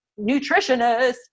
Nutritionist